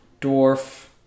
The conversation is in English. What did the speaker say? dwarf